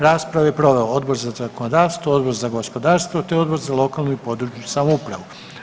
Raspravu je proveo Odbor za zakonodavstvo, Odbor za gospodarstvo te Odbor za lokalnu i područnu samoupravu.